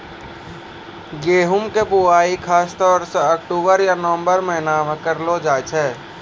गेहूँ के बुआई खासतौर सॅ अक्टूबर या नवंबर के महीना मॅ करलो जाय छै